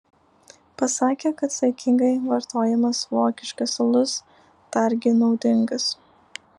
pasakė kad saikingai vartojamas vokiškas alus dargi naudingas